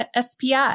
SPI